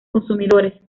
consumidores